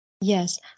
Yes